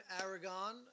Aragon